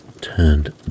turned